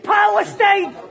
Palestine